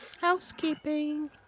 Housekeeping